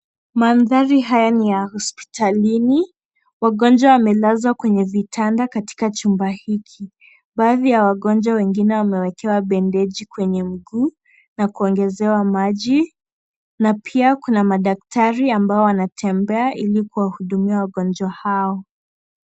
Mandhari haya ni ya hospitalini. Wagonjwa wamelazwa kwenye kitanda katika chumba hiki. Baadhi ya wagonjwa wengine wamewekewa bendeji kwenye mguu na kuongezewa maji na pia kuna madaktari ambao wanatemmbea ili kuwahudumia wagonjwa hao.